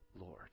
Lord